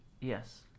Yes